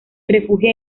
refugia